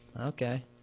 Okay